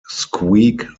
squeak